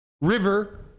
River